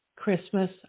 Christmas